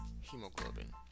hemoglobin